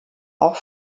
auch